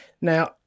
now